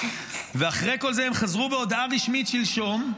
ואחרי כל זה הם חזרו בהודעה רשמית שלשום,